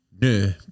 No